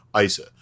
ISA